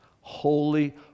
Holy